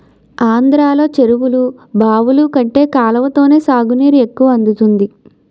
ఆంధ్రలో చెరువులు, బావులు కంటే కాలవతోనే సాగునీరు ఎక్కువ అందుతుంది